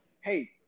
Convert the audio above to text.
hey